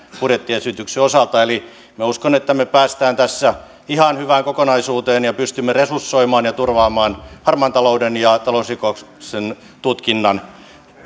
budjettiesityksen osalta eli minä uskon että me pääsemme tässä ihan hyvään kokonaisuuteen ja pystymme resursoimaan ja turvaamaan harmaan talouden ja talousrikosten tutkinnan